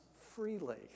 freely